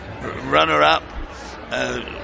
runner-up